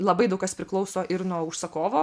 labai daug kas priklauso ir nuo užsakovo